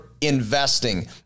investing